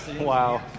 Wow